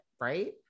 right